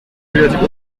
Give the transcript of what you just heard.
creative